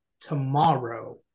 tomorrow